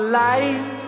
life